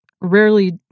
rarely